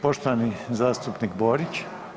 Poštovani zastupnik Borić.